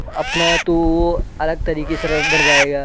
अपना तो वो अलग तरीके से बनवाएगा